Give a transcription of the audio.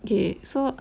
okay so